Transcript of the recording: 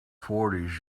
fourties